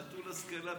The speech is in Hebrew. נטול השכלה בכלל.